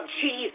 Jesus